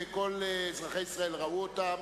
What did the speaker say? וכל אזרחי ישראל ראו אותם.